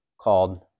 called